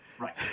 Right